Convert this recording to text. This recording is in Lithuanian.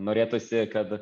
norėtųsi kad